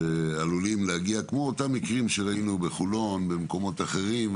כמו אותם מקרים שראינו בחולון ובמקומות אחרים.